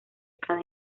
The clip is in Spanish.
cada